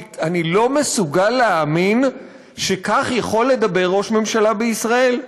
כי אני לא מסוגל להאמין שכך יכול לדבר ראש ממשלה בישראל.